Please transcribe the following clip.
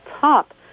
top